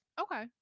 Okay